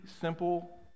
simple